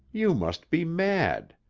you must be mad.